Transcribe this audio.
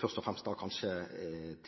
først og fremst da kanskje